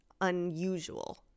unusual